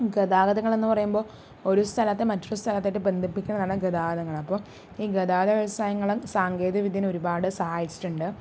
ഗതാഗതങ്ങൾ എന്ന് പറയുമ്പോൾ ഒരു സ്ഥലത്ത് നിന്ന് മറ്റൊരു സ്ഥലത്തേക്ക് ബന്ധിപ്പിക്കുന്നതാണ് ഗതാഗതങ്ങള് അപ്പോൾ ഈ ഗതാഗത വ്യവസായങ്ങളും സാങ്കേതിക വിദ്യേനെ ഒരുപാട് സഹായിച്ചിട്ടുണ്ട്